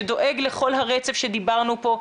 שדואג לכל הרצף שדיברנו פה,